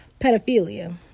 pedophilia